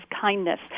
kindness